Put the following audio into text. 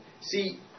See